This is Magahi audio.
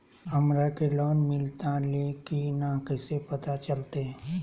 हमरा के लोन मिलता ले की न कैसे पता चलते?